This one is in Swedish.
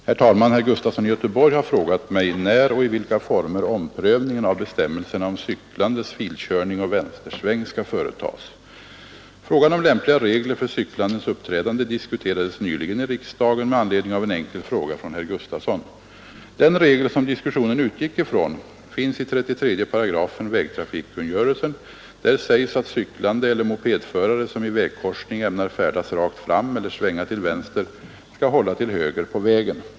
Herr talman! Herr Gustafson i Göteborg har frågat mig när och i vilka former omprövningen av bestämmelserna om cyklandes filkörning och vänstersväng skall företas. Frågan om lämpliga regler för cyklandes uppträdande diskuterades nyligen i riksdagen med anledning av en enkel fråga från herr Gustafson. Den regel som diskussionen utgick ifrån finns i 33 § vägtrafikkungörelsen. Där sägs att cyklande eller mopedförare som i vägkorsning ämnar färdas rakt fram eller svänga till vänster skall hålla till höger på vägen.